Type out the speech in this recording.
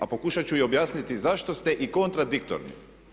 A pokušat ću i objasniti zašto ste i kontradiktorni.